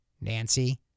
Nancy